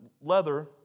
leather